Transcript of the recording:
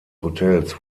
hotels